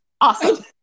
Awesome